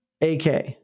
AK